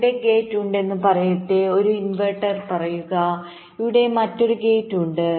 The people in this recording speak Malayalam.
ഇവിടെ ഗേറ്റ് ഉണ്ടെന്ന് പറയട്ടെ ഒരു ഇൻവെർട്ടർ പറയുക ഇവിടെ മറ്റൊരു ഗേറ്റ് ഉണ്ട്